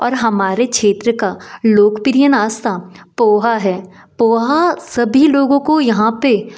और हमारे क्षेत्र का लोकप्रिय नाश्ता पोहा है पोहा सभी लोगों को यहाँ पर